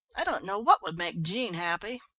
i don't know what would make jean happy.